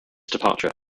departure